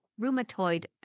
rheumatoid